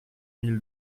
mille